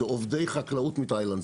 זה עובדי חקלאות מתאילנד,